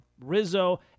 rizzo